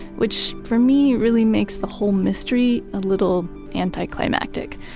which for me really makes the whole mystery a little anticlimactic.